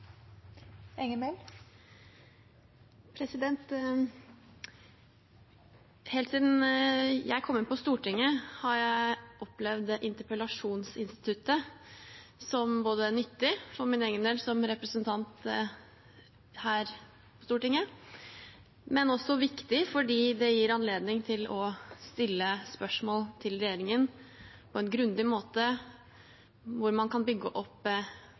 Helt siden jeg kom inn på Stortinget, har jeg opplevd interpellasjonsinstituttet som ikke bare nyttig for min egen del, som representant her på Stortinget, men også viktig fordi det gir anledning til å stille spørsmål til regjeringen på en grundig måte, hvor man kan bygge opp